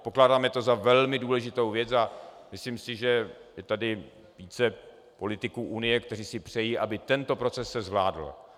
Pokládáme to za velmi důležitou věc a myslím si, že je tady více politiků Unie, kteří si přejí, aby se tento proces zvládl.